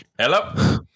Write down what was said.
Hello